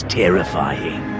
terrifying